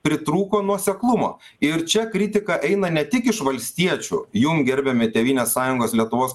pritrūko nuoseklumo ir čia kritika eina ne tik iš valstiečių jum gerbiami tėvynės sąjungos lietuvos